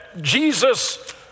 Jesus